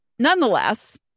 Nonetheless